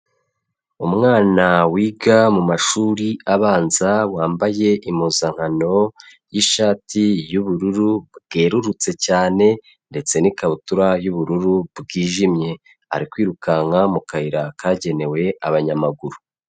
Umwana wiga mu mashuri abanza wambaye impuzankano y'ishati y'ubururu bwerurutse cyane ndetse n'ikabutura y'ubururu bwijimye. Ari kwirukanka mu kayira kagenewe abanyamaguru.